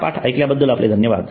हा पाठ ऐकल्याबद्दल आपले धन्यवाद